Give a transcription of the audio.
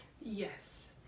Yes